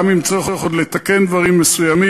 גם אם צריך עוד לתקן דברים מסוימים,